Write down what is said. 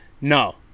No